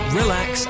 relax